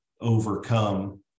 overcome